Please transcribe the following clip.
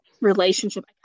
relationship